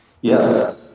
Yes